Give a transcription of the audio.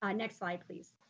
ah next slide, please.